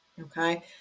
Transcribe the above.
Okay